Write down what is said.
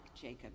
Jacob